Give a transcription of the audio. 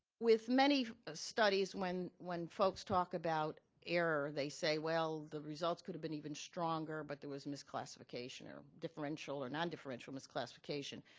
with many studies when when folks talk about error, they say, well, the results could have been even stronger but there was misclassification or differential or nondifferential misclassifications.